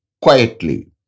quietly